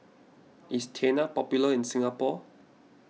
is Tena popular in Singapore